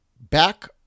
back